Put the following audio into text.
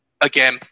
again